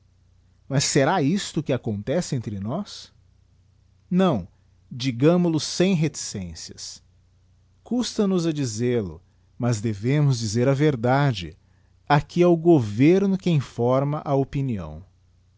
mas será isto o que acontece entre nós não digamol o sem reticencias custa nos a dizel-o mas devemos dizer a verdade aqui é o governo quem forma a opinião